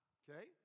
okay